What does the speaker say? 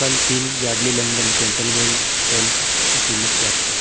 कल तीन Yardley London gentleman talc की कीमत क्या थी